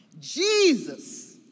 Jesus